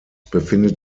befindet